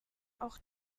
auch